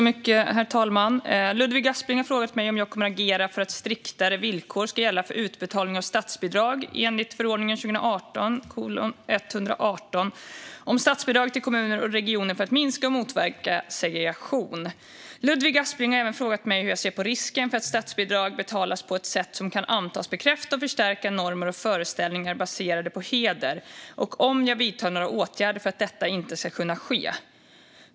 Herr talman! har frågat mig om jag kommer att agera för att striktare villkor ska gälla för utbetalning av statsbidrag enligt förordningen om statsbidrag till kommuner och regioner för att minska och motverka segregation. Ludvig Aspling har även frågat mig hur jag ser på risken för att statsbidrag betalas på ett sätt som kan antas bekräfta och förstärka normer och föreställningar baserade på heder, och om jag vidtar några åtgärder för att detta inte ska kunna ske.